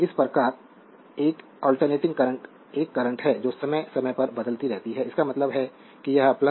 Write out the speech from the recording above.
तो इस प्रकार एक अल्टेरनेटिंग करंट एक करंट है जो समय समय पर बदलती रहती है इसका मतलब है कि यह होगा